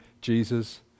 Jesus